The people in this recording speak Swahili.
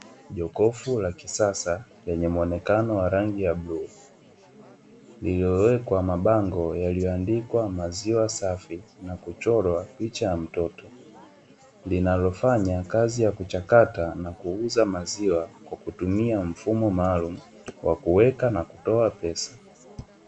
Jokofu la kisasa lenye mwonekano wa rangi ya bluu lililowekwa mabango yaliyoandikwa maziwa safi na kuchorwa picha ya mtoto, linalofanya kazi ya kuchakata na kuuza maziwa kwa kutumia mfumo maalumu wa kuweka na kutoa pesa.